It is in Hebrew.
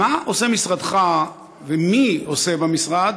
מה עושה משרדך ומי עושה במשרד,